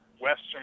western